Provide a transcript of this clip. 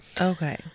Okay